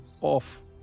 off